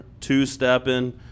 two-stepping